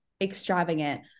extravagant